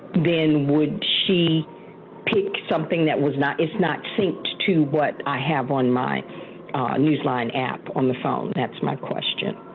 then would she pick something that was not it's not synced to what i have on my nfb-newsline app on the phone that's my question.